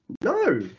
No